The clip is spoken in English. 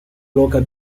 locker